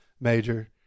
major